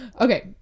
Okay